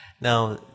Now